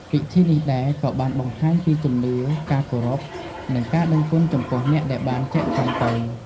ពិធីនេះដែរក៏បានបង្ហាញពីជំនឿ ការគោរព និងការដឹងគុណចំពោះអ្នកដែលបានចែកឋានទៅ។